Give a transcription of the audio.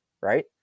Right